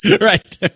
right